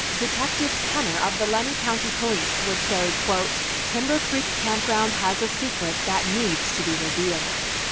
detective penner of the lemhi county police would say quote timber creek campground has a secret that needs to be revealed.